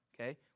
okay